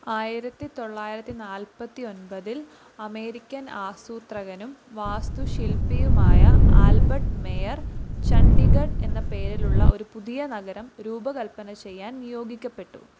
ആയിരത്തിത്തൊള്ളായിരത്തി നാല്പത്തി ഒൻപതിൽ അമേരിക്കൻ ആസൂത്രകനും വാസ്തുശില്പിയുമായ ആൽബർട്ട് മേയർ ചണ്ഡീഗഡ് എന്ന പേരിലുള്ള ഒരു പുതിയ നഗരം രൂപകൽപ്പന ചെയ്യാൻ നിയോഗിക്കപ്പെട്ടു